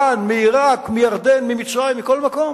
מעירק, מירדן, ממצרים ומכל מקום.